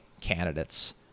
candidates